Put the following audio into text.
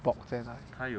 bulk 在哪里